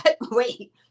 wait